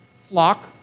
flock